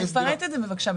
אז תפרט את זה, בבקשה.